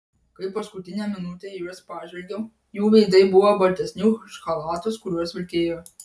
kai paskutinę minutę į juos pažvelgiau jų veidai buvo baltesni už chalatus kuriuos vilkėjo